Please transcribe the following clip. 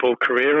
career